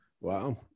Wow